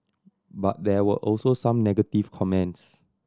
but there were also some negative comments